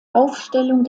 aufstellung